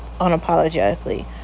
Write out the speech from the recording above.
unapologetically